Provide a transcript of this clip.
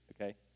okay